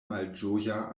malĝoja